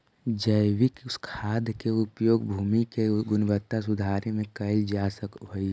जैविक खाद के उपयोग भूमि के गुणवत्ता सुधारे में कैल जा हई